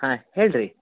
ಹಾಂ ಹೇಳಿರಿ